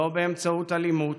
לא באמצעות אלימות,